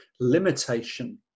limitation